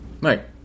Right